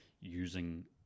using